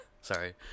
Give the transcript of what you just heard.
Sorry